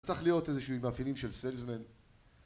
צריך להיות איזשהו, עם מאפיינים של salesman